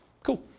Cool